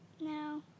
No